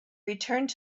returned